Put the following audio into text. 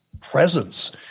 presence